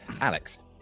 Alex